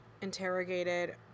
interrogated